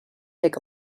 take